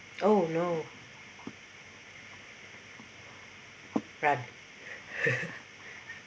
oh no run